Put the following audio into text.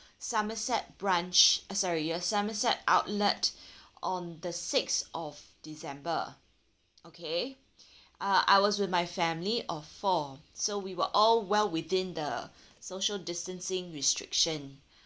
somerset branch uh sorry your somerset outlet on the sixth of december okay uh I was with my family of four so we were all well within the social distancing restriction